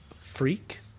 Freak